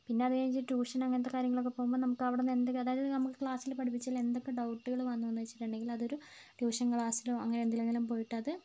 പിന്നതുകഴിഞ്ഞ് tuition അങ്ങൻത്ത കാര്യങ്ങളൊക്കെ പോവുമ്പോൾ നമുക്ക് അവിടെന്ന് എന്ത് അതായത് നമുക്ക് ക്ലാസ്സിൽ പഠിപ്പിച്ചേൽ എന്തൊക്കെ ഡൗട്ടുകൾ വന്നൂന്ന് വെച്ചിട്ടുണ്ടെങ്കിൽ അതൊരു ട്യൂഷൻ ക്ലാസ്സിലോ അങ്ങനെന്തിലെങ്കിലും പോയിട്ടത്